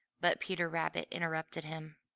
but peter rabbit interrupted him.